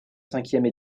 cinquième